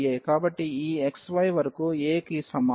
కాబట్టి ఈ xy వరకు a కి సమానం